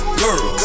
girl